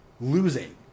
losing